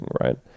right